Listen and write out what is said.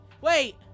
Wait